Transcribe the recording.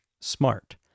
smart